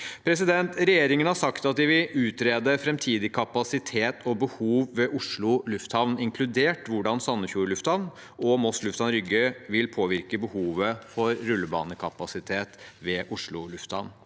for det. Regjeringen har sagt at de vil utrede framtidig kapasitet og behov ved Oslo lufthavn, inkludert hvordan Sandefjord lufthavn og Moss lufthavn Rygge vil påvirke behovet for rullebanekapasitet ved Oslo lufthavn.